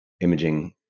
imaging